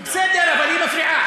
בסדר, אבל היא מפריעה.